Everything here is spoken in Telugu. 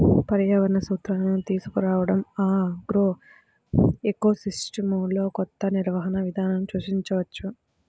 పర్యావరణ సూత్రాలను తీసుకురావడంఆగ్రోఎకోసిస్టమ్లోకొత్త నిర్వహణ విధానాలను సూచించవచ్చు